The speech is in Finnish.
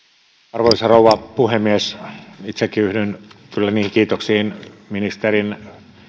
arvoisa rouva puhemies itsekin yhdyn kyllä kiitoksiin ministerin